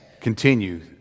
continue